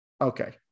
Okay